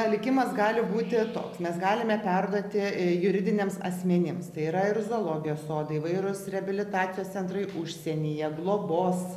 likimas gali būti toks mes galime perduoti juridiniams asmenims tai yra ir zoologijos sodai įvairūs reabilitacijos centrai užsienyje globos